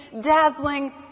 dazzling